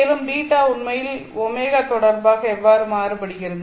மேலும் β உண்மையில் ω தொடர்பாக எவ்வாறு மாறுபடுகிறது